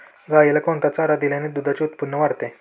गाईला कोणता चारा दिल्याने दुधाचे उत्पन्न वाढते?